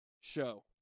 show